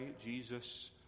Jesus